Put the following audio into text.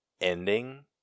ending